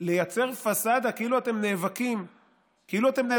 לייצר פסאדה כאילו אתם נאבקים באלימות,